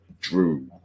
Drew